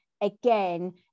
again